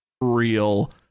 real